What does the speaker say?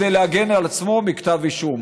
כדי להגן על עצמו מכתב אישום.